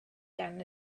gan